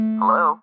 Hello